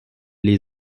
les